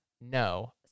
No